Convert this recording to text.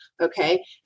okay